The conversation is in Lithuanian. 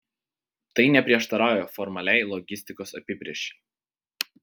tai neprieštarauja formaliai logistikos apibrėžčiai